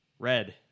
Red